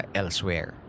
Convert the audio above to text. elsewhere